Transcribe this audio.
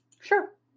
Sure